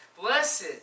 Blessed